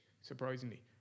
surprisingly